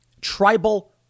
Tribal